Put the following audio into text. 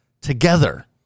together